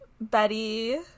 betty